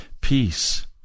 Peace